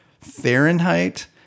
fahrenheit